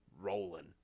rolling